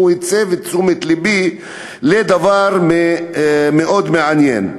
הסב את תשומת לבי לדבר מאוד מעניין.